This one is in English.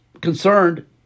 concerned